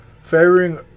favoring